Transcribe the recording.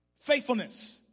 Faithfulness